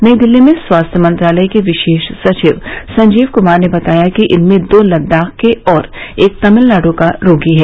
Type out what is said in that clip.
नई दिल्ली में स्वास्थ्य मंत्रालय के विशेष सचिव संजीव क्मार ने बताया कि इनमें दो लद्दाख के और एक तमिलनाड् का रोगी है